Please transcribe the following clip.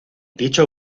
dicho